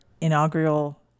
inaugural